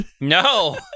No